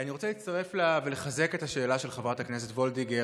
אני רוצה להצטרף ולחזק את השאלה של חברת הכנסת וולדיגר.